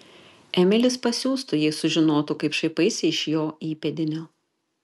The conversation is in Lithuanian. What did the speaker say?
emilis pasiustų jei sužinotų kad šaipaisi iš jo įpėdinio